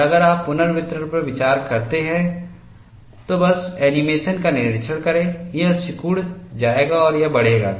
और अगर आप पुनर्वितरण पर विचार करते हैं तो बस एनीमेशन का निरीक्षण करें यह सिकुड़ जाएगा और यह बढ़ेगा